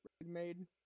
made